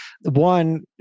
one